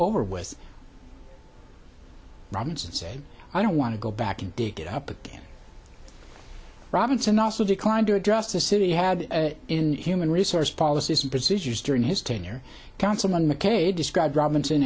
saying i don't want to go back and dig it up again robinson also declined to address the city had in human resource policies and procedures during his tenure councilman mckay described robinson